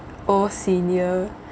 old senior